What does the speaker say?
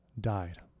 died